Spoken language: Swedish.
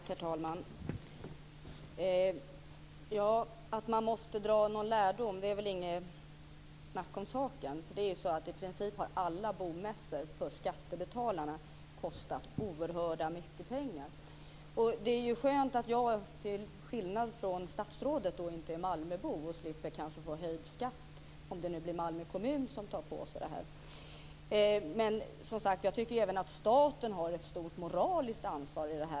Herr talman! Att man måste dra någon lärdom är det väl inget snack om saken. I princip har alla bomässor för skattebetalarna kostat oerhört mycket pengar. Det är ju skönt att jag, till skillnad från statsrådet, inte är malmöbo och slipper att kanske få höjd skatt, om det nu blir Malmö kommun som tar på sig detta. Men som jag sagt tycker jag att även staten har ett stort moraliskt ansvar i detta.